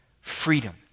freedom